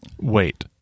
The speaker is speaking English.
Wait